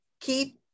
keep